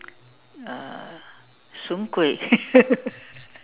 uh soon-kueh